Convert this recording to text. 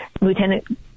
Lieutenant